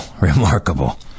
Remarkable